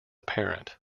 parent